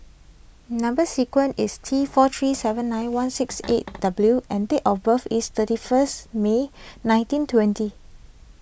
Number Sequence is T four three seven nine one six eight W and date of birth is thirty first May nineteen twenty